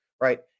right